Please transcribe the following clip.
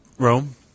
Rome